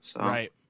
Right